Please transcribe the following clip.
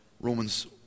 Romans